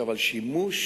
אבל שימוש